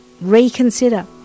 reconsider